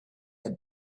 had